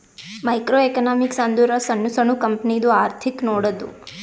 micro economics ಅಂದುರ್ ಸಣ್ಣು ಸಣ್ಣು ಕಂಪನಿದು ಅರ್ಥಿಕ್ ನೋಡದ್ದು